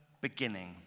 beginning